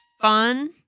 fun